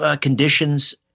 conditions